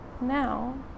Now